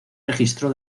registro